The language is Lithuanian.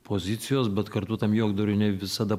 pozicijos bet kartu tam juokdariui ne visada